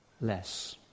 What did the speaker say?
less